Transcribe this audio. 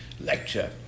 lecture